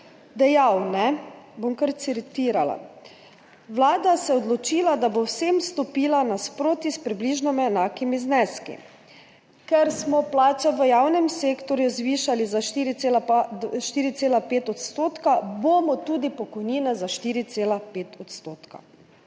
dejal, bom kar citirala: »Vlada se je odločila, da bo vsem stopila naproti s približno enakimi zneski. Ker smo plače v javnem sektorju zvišali za 4,5 %, bomo tudi pokojnine za 4,5 %.«